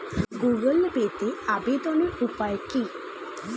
Google পেতে আবেদনের উপায় কি?